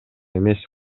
эмес